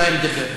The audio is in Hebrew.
אולי היה מדבר,